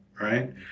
right